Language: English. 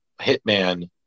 Hitman